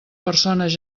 persones